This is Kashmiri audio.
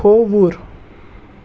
کھووُر